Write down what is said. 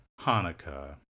Hanukkah